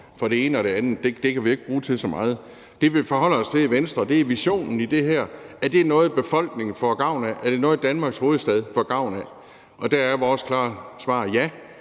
for det ene og det andet kan vi jo ikke bruge til så meget. Det, vi forholder os til i Venstre, er visionen i det her, om det er noget, befolkningen får gavn af, og om det er noget, Danmarks hovedstad får gavn af. Der er vores klare svar ja,